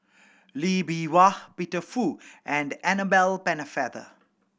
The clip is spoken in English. Lee Bee Wah Peter Fu and the Annabel Pennefather